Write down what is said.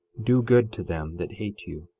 do good to them that hate you,